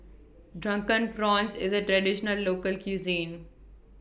Drunken Prawns IS A Traditional Local Cuisine